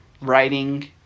writing